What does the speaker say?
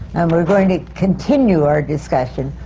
and we're going to continue our discussion,